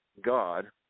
God